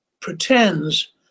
pretends